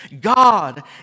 God